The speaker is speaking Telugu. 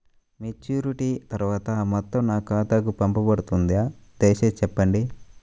మెచ్యూరిటీ తర్వాత ఆ మొత్తం నా ఖాతాకు పంపబడుతుందా? దయచేసి చెప్పండి?